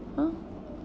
oh